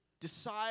decide